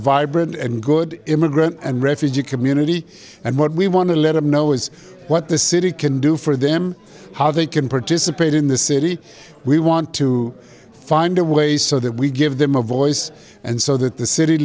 vibrant and good immigrant and refugee community and what we want to let them know is what the city can do for them how they can participate in the city we want to find a way so that we give them a voice and so that the city